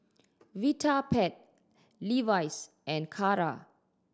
Vitapet Levi's and Kara